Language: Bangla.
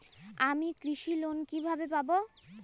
আমি কৃষি লোন কিভাবে পাবো?